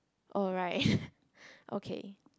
alright okay